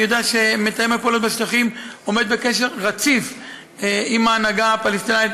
אני יודע שמתאם הפעולות בשטחים עומד בקשר רציף עם ההנהגה הפלסטינית,